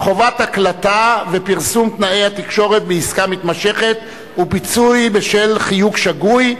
חובת הקלטה ופרסום תנאי התקשרות בעסקה מתמשכת ופיצוי בשל חיוב שגוי),